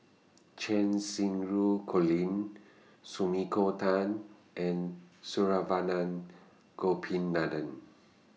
Cheng Xinru Colin Sumiko Tan and Saravanan Gopinathan